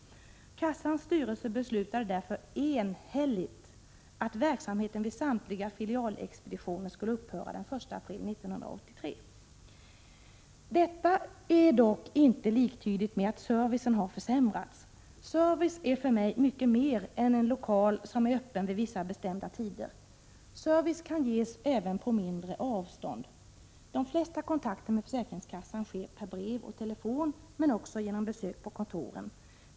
Kassans styrelse beslutade därför enhälligt att verksamheten vid samtliga filialexpeditioner skulle upphöra den 1 april 1983. Detta är dock inte liktydigt med att servicen har försämrats. Service är för mig mycket mer än en lokal som är öppen vid vissa bestämda tider. Service — Prot. 1986/87:93 kan ges även på mindre avstånd. De flesta kontakter med försäkringskassan 24 mars 1987 sker per brev och telefon, men det förekommer också besök på kontoren.